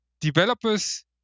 developers